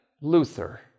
Luther